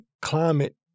climate